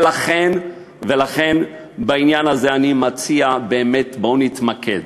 ולכן בעניין הזה אני מציע, בואו נתמקד